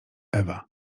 ewa